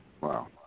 Wow